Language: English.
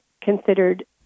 considered